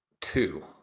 two